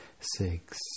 six